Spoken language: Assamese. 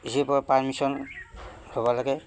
ডি চিৰপৰা পাৰ্মিশ্যন ল'ব লাগে